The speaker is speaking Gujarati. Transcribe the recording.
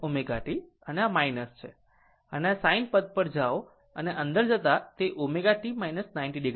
જ્યારે આ sin પદ પર જાઓ અને અંદર જતા તે ω t 90 o હશે